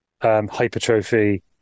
hypertrophy